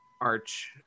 arch